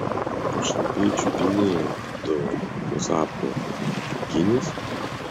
pašaipiai čiupinėja būdavo jos apklotą pūkinis